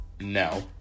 no